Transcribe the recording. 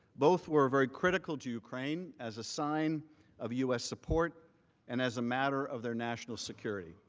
both were very critical to ukraine as a sign of u s. support and as a matter of their national security.